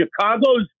Chicago's